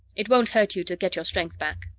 it won't hurt you to get your strength back.